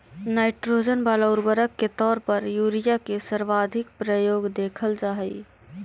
nitrogen वाला उर्वरक के तौर पर यूरिया के सर्वाधिक प्रयोग देखल जा हइ